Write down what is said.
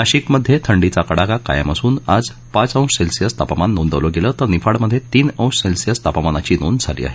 नाशिकमध्ये थंडीचा कडाका कायम असून आज पाच अंश सेल्सिअस तापमान नोंदवलं गेलं तर निफाडमध्ये तीन अंश सेल्सिअस तापमानाची नोंद झाली आहे